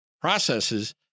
processes